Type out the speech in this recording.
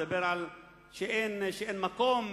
שאין מקום,